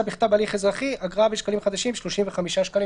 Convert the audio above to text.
בכתב בהליך אזרחי אגרה של שלושים וחמישה שקלים.